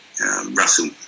Russell